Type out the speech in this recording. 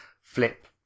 flip